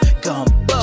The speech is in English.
Gumbo